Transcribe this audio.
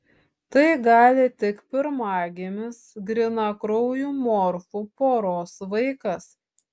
tai gali tik pirmagimis grynakraujų morfų poros vaikas